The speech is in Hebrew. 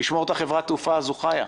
לשמור את חברת התעופה הזו חיה.